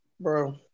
Bro